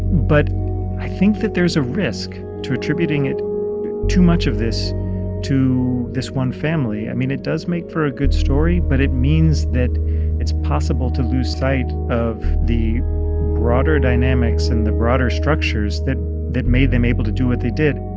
but i think that there's a risk to attributing it too much of this to this one family. i mean, it does make for a good story, but it means that it's possible to lose sight of the broader dynamics and the broader structures that that made them able to do what they did.